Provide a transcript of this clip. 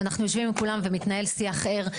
אנחנו יושבים עם כולם ומתנהל שיח ער.